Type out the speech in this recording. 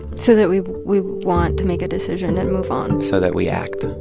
so that we we want to make a decision and move on so that we act